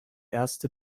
erste